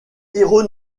héros